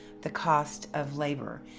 the cost of labor,